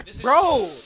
bro